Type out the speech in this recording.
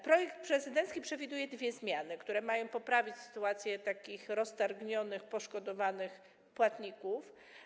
Projekt prezydencki przewiduje dwie zmiany, które mają poprawić sytuację takich roztargnionych poszkodowanych płatników.